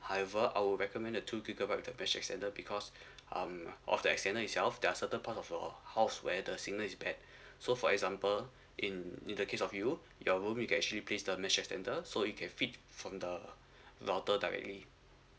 however I would recommend the two gigabyte with the mesh extender because um of the extender itself there are certain part of your house where the signal is bad so for example in in the case of you your room you can actually place the mesh extender so it can feed from the router directly